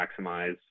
maximize